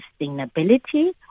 sustainability